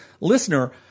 listener